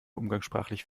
umgangssprachlich